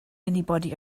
anybody